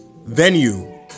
venue